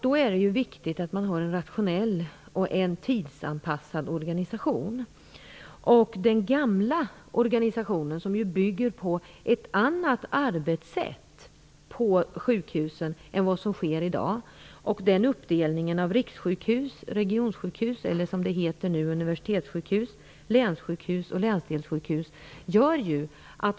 Det är då viktigt att man har en rationell och tidsanpassad organisation. Den gamla organisationen bygger på ett annat arbetssätt på sjukhusen än det som man har i dag, och man har en uppdelning i rikssjukhus, regionsjukhus eller - som det nu heter - universitetssjukhus, länssjukhus och länsdelssjukhus.